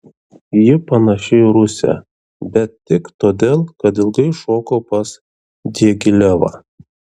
ji panaši į rusę bet tik todėl kad ilgai šoko pas diagilevą